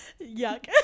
Yuck